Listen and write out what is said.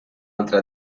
altra